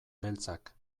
beltzak